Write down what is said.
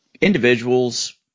individuals